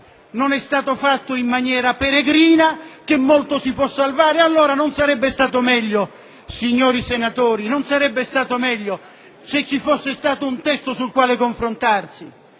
non è avvenuto in maniera peregrina e che molto si può salvare. Allora, non sarebbe stato meglio, signori senatori, se ci fosse stato un testo sul quale confrontarsi?